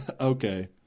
Okay